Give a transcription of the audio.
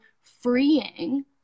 freeing